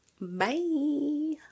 Bye